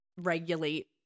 regulate